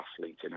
athlete